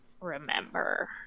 remember